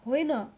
होइन